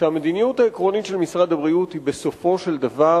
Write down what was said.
שהמדיניות העקרונית של משרד הבריאות היא בסופו של דבר